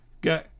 go